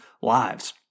lives